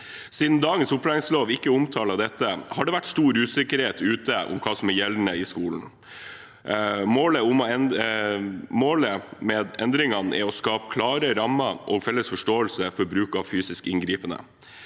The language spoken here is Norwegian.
Siden dagens opplæringslov ikke omtaler dette, har det vært stor usikkerhet ute om hva som er gjeldende i skolen. Målet med endringene er å skape klare rammer og felles forståelse for bruk av fysisk inngripen.